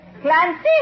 Clancy